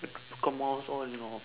comp mouse all you know